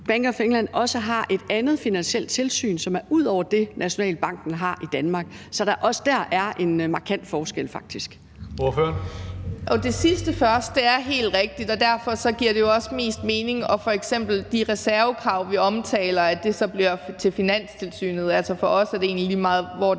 Bank of England også har et andet finansielt tilsyn, som rækker ud over det, Nationalbanken har i Danmark, så der også der faktisk er en markant forskel? Kl.